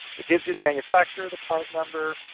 it gives you the manufacturer, the part number,